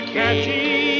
catchy